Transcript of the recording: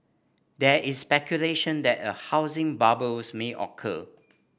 there is speculation that a housing bubbles may occur